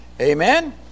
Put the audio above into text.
Amen